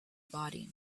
body